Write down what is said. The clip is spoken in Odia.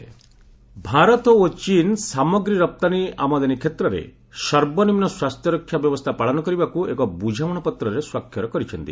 ଇଣ୍ଡିଆ ଚୀନ୍ ଏକ୍ସପୋର୍ଟ ଭାରତ ଓ ଚୀନ୍ ସାମଗ୍ରୀ ରପ୍ତାନୀ ଆମଦାନୀ କ୍ଷେତ୍ରରେ ସର୍ବନିମୁ ସ୍ୱାସ୍ଥ୍ୟରକ୍ଷା ବ୍ୟବସ୍ଥା ପାଳନ କରିବାକୁ ଏକ ବୁଝାମଣା ପତ୍ରରେ ସ୍ୱାକ୍ଷର କରିଛନ୍ତି